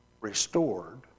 restored